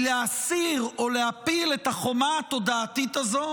היא להסיר או להפיל את החומה התודעתית הזו